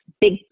big